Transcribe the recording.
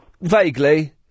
Vaguely